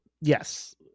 yes